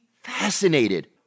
fascinated